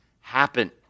happen